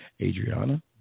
Adriana